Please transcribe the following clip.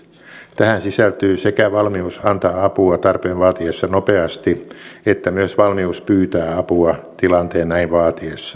tähän sisältyy sekä valmius antaa apua tarpeen vaatiessa nopeasti että myös valmius pyytää apua tilanteen näin vaatiessa